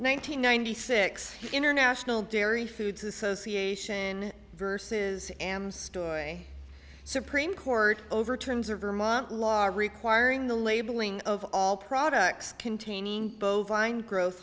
hundred ninety six international dairy foods association versus am story supreme court overturns or vermont law requiring the labeling of all products containing bovine gro